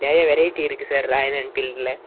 நிறையா வெரைட்டி இருக்கு sir royal என்ஃபீல்டில்